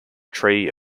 tree